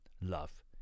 love